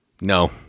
No